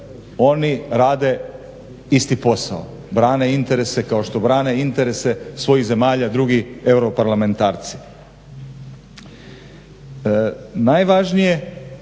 oni rade isti posao, brane interes kao što brane interese svojih zemalja drugih europarlamentarci.